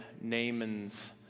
Naaman's